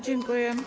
Dziękuję.